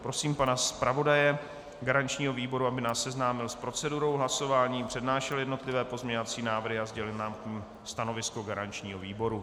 Prosím pana zpravodaje garančního výboru, aby nás seznámil s procedurou hlasování, přednášel jednotlivé pozměňovací návrhy a sdělil nám k nim stanovisko garančního výboru.